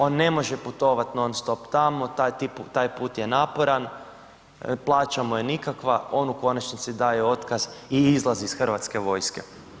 On ne može putovati non-stop tamo, taj put je naporan, plaća mu je nikakva, on u konačnici daje otkaz i izlazi iz Hrvatske vojske.